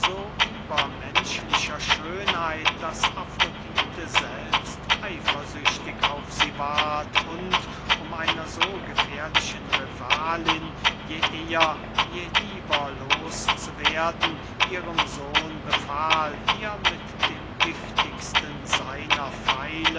so übermenschlicher schönheit daß afrodite selbst eifersüchtig auf sie ward und um einer so gefährlichen rivalin je eher je lieber los zu werden ihrem sohn befahl ihr mit dem giftigsten seiner